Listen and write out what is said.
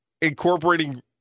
incorporating